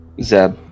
Zeb